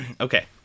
okay